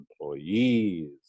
employees